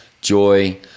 joy